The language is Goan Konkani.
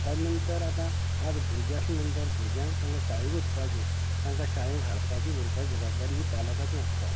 ताजे नंतर आतां आज भुरगीं आसलीं नंतर भुरग्यांक तांकां शाळेक वचपाची तांकां शाळेंत हाडपाची व्हरपाची जबाबदारी ही पालकाची आसता